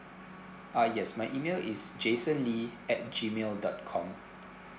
uh yes my email is jason lee at G mail dot com